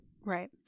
Right